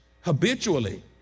Habitually